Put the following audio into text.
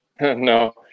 No